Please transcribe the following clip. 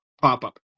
pop-up